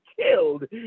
killed